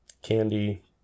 candy